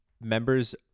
Members